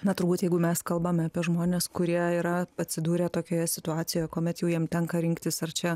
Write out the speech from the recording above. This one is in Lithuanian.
na turbūt jeigu mes kalbame apie žmones kurie yra atsidūrę tokioje situacijoje kuomet jau jiem tenka rinktis ar čia